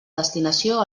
destinació